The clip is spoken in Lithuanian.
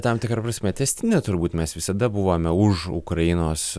tam tikra prasme tęstine turbūt mes visada buvome už ukrainos